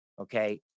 okay